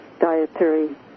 dietary